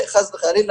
חס וחלילה,